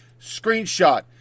screenshot